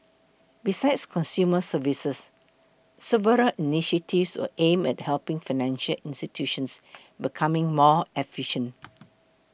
besides consumer services several initiatives were aimed at helping financial institutions become more efficient